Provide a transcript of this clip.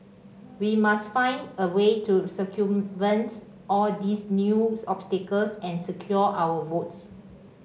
we must find a way to circumvent all these new obstacles and secure our votes